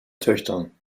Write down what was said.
töchtern